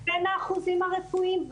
-- לבין האחוזים הרפואיים.